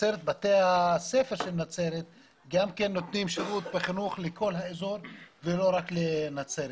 בתי הספר של נצרת נותנים שירות בחינוך לכל האזור ולא רק לתושבי נצרת.